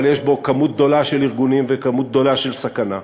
אבל יש בו כמות גדולה של ארגונים וכמות גדולה של סכנה.